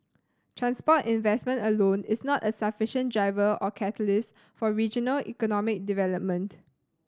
transport investment alone is not a sufficient driver or catalyst for regional economic development